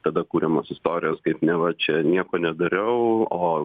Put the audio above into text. tada kuriamos istorijos kaip neva čia nieko nedariau o